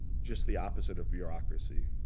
just the opposite of bureaucracy,